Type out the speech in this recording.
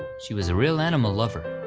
she was a real animal lover.